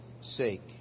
sake